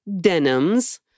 denims